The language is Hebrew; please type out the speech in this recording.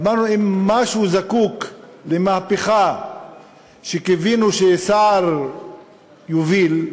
ואמרנו: אם משהו זקוק למהפכה שקיווינו שהשר יוביל,